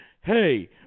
Hey